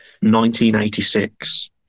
1986